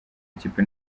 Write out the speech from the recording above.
ikipe